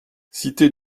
cité